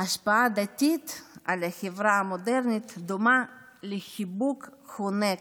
ההשפעה הדתית על החברה המודרנית דומה לחיבוק חונק,